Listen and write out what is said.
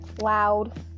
loud